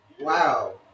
Wow